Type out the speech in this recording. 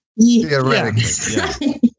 Theoretically